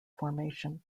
formation